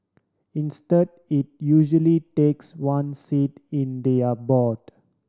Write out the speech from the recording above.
instead it usually takes one seat in their board